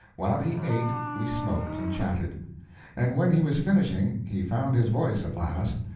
while he ate, we smoked and chatted and when he was finishing he found his voice at last,